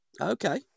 Okay